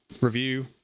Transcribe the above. review